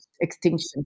extinction